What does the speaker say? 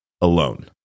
alone